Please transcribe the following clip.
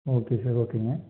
okay sir ஓகேங்க